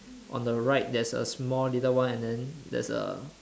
on the right there's a small little one and then there's a